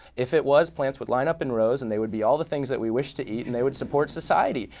if it was, plants would line up in rows and they would be all the things that we wish to eat and they would support society.